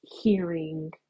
hearing